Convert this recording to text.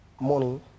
money